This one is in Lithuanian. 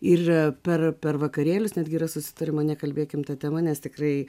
ir per per vakarėlius netgi yra susitariama nekalbėkim ta tema nes tikrai